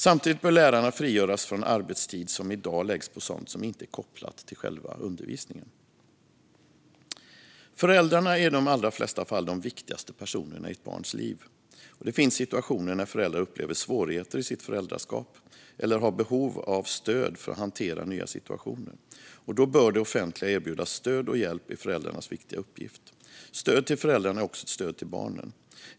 Samtidigt bör lärarna frigöras från arbetstid som i dag läggs på sådant som inte är kopplat till själva undervisningen. Föräldrarna är i de allra flesta fall de viktigaste personerna i ett barns liv. Det finns situationer då föräldrar upplever svårigheter i sitt föräldraskap eller har behov av stöd för att hantera nya situationer. Då bör det offentliga erbjuda stöd och hjälp i föräldrarnas viktiga uppgift. Stöd till föräldrarna är också ett stöd till barnen.